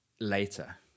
later